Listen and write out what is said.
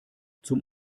zum